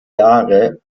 jahre